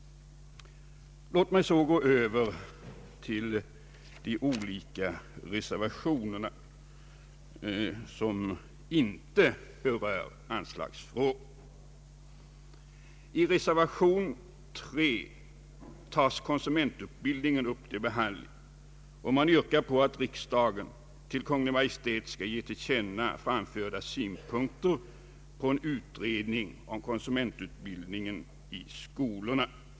Låt mig så gå över till de olika reservationer som inte berör anslagsfrågor. I reservation 3 tas konsumentutbildningen upp till behandling. Reservanterna yrkar på att riksdagen till Kungl. Maj:t skall ge till känna framförda synpunkter på en utredning om konsumentutbildningen i skolorna.